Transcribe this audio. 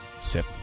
Sip